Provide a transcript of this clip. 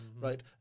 right